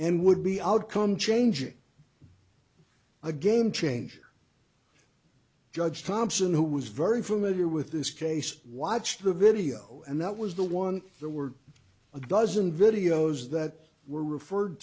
and would be outcome changing a game changer judge thompson who was very familiar with this case watched the video and that was the one there were a dozen videos that were referred